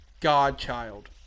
godchild